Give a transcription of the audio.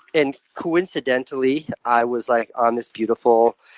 and, coincidentally, i was like on this beautiful,